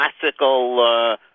classical